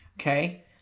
Okay